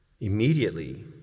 immediately